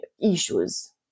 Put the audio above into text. issues